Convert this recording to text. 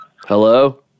Hello